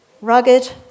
rugged